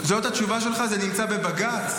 זו התשובה שלך, זה נמצא בבג"ץ?